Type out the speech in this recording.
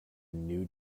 new